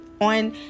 on